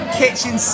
kitchen